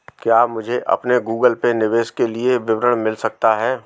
क्या मुझे अपने गूगल पे निवेश के लिए विवरण मिल सकता है?